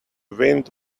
wind